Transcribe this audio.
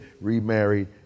remarried